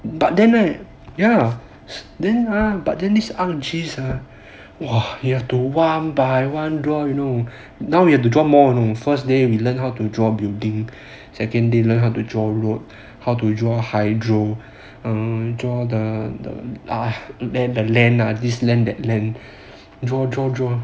but then right ya then AH but then this art and chase ah !wah! you have to one by one draw you know now you have to draw more you know on the first day we learn how to draw building second day learn how to draw road how to draw hydro err draw the land ah this land that land draw draw draw